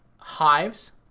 hives